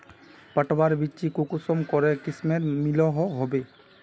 पटवार बिच्ची कुंसम करे किस्मेर मिलोहो होबे?